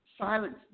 silence